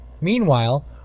Meanwhile